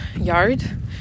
yard